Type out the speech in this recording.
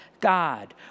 God